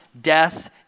death